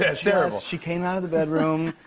ah she came out of the bedroom.